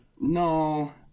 No